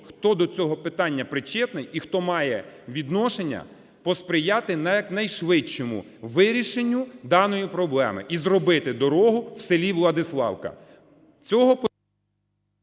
хто до цього питання причетний і хто має відношення посприяти якнайшвидшому вирішенню даної проблеми і зробити дорогу у селі Владиславка.